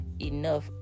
enough